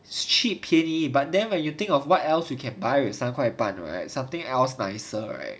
it's cheap 便宜 but then when you think of what else you can buy with 三块半 right something else nicer right